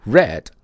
Red